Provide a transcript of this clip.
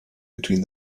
between